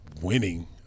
winning